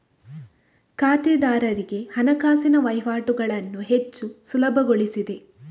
ಖಾತೆದಾರರಿಗೆ ಹಣಕಾಸಿನ ವಹಿವಾಟುಗಳನ್ನು ಹೆಚ್ಚು ಸುಲಭಗೊಳಿಸಿದೆ